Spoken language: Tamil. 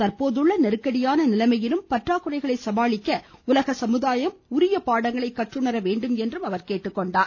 தற்போதுள்ள நெருக்கடியான நிலைமையிலும் பற்றாக்குறைகளை சமாளிக்க உலக சமுதாயம் உரிய பாடங்களை கற்றுணர வேண்டும் என்றும் அவர் கேட்டுக்கொண்டார்